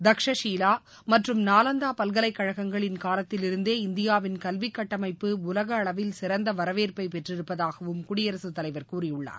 தக்ஷஷீலா மற்றம் நாலந்தா பல்கலைக்கழகங்களின் காலத்திலிருந்தே இந்தியாவின் கல்விக்கட்டமைப்பு உலக அளவில் சிறந்த வரவேற்பை பெற்றிருப்பதாகவும் குடியரசுத்தலைவர் கூறியுள்ளார்